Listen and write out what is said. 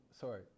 sorry